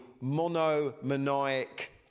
monomaniac